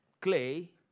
clay